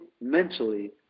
mentally